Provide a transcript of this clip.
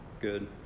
Good